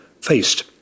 faced